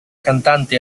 cantante